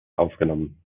aufgenommen